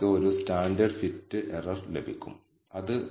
ഈ അനുമാനങ്ങൾ ന്യായമായാലും ഇല്ലെങ്കിലും എററുകളെക്കുറിച്ച് നമ്മൾ ഉണ്ടാക്കിയതാണ്